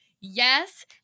yes